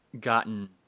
gotten